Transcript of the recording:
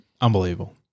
Unbelievable